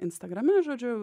instagrame žodžiu